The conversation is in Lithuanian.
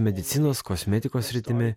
medicinos kosmetikos sritimi